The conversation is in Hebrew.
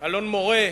אלון-מורה,